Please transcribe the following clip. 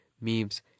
memes